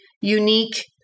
unique